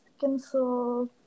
cancel